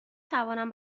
توانم